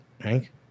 Hank